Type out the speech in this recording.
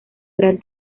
gran